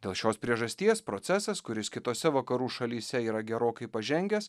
dėl šios priežasties procesas kuris kitose vakarų šalyse yra gerokai pažengęs